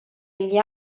gli